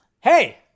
hey